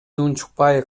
унчукпай